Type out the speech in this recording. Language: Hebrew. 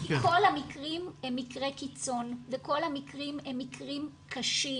כל המקרים הם מקרי קיצון וכל המקרים הם מקרים קשים